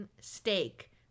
steak